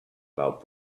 about